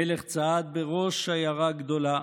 המלך צעד בראש שיירה גדולה